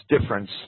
difference